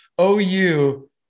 OU